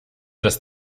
das